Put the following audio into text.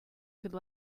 could